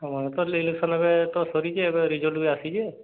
ଆମର ତ ଇଲେକ୍ସନ୍ ଏବେ ତ ସରିଛି ଏବେ ରେଜଲ୍ଟ ବି ଆସିଛି